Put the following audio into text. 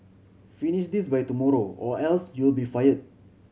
finish this by tomorrow or else you'll be fired